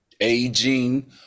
aging